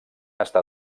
està